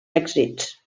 èxits